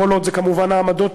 כמובן, כל עוד זה העמדות